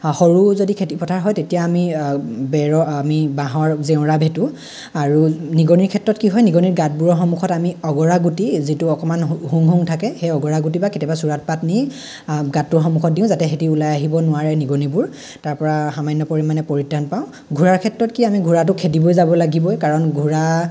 সৰু যদি খেতি পথাৰ হয় তেতিয়া আমি বেৰৰ আমি বাঁহৰ জেওৰা ভেটো আৰু নিগনিৰ ক্ষেত্ৰত কি হয় নিগনিৰ গাঁতবোৰৰ সন্মুখত আমি অগৰা গুটি যিটো অকমান শুং শুং থাকে সেই অগৰা গুটি বা কেতিয়াবা চোৰাত পাত নি গাঁতটোৰ সন্মুখত দিওঁ যাতে সিহঁতি ওলাই আহিব নোৱাৰে নিগনিবোৰ তাৰপৰা সাামান্য পৰিমাণে পৰিত্ৰাণ পাওঁ ঘোঁৰাৰ ক্ষেত্ৰত কি আমি ঘোঁৰাটো খেদিবই যাব লাগিবই কাৰণ ঘোঁৰা